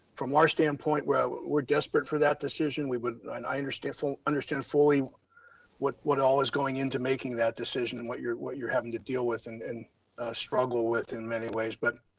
from our standpoint where we're desperate for that decision, we would, i understand fully understand fully what what all is going into making that decision and what you're what you're having to deal with and and struggle with in many ways. but